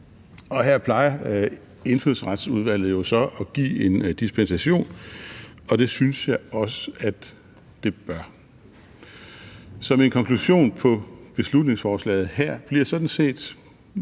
her plejer Indfødsretsudvalget jo så at give en dispensation, og det synes jeg også at det bør. Så min konklusion på beslutningsforslaget her bliver sådan set